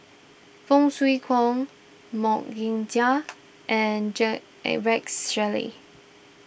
Foo Kwee Horng Mok Ying Jang and J Rex Shelley